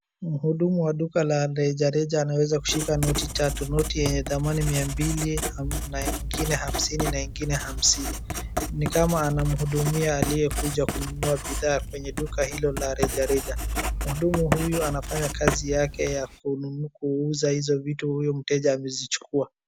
Mhudhumu wa duka la rejareja ameweza kushika noti tatu: noti yenye thamani mia mbili na ingine hamsini na ingine hamsini. Ni kama anamhudhumia aliye kuja kununua bidhaa penye duka hilo la rejareja. Mhudhumu huyu anafanya kazi yake ya kuuza hizo vitu huyu mteja amezichukua.